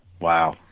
Wow